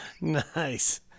Nice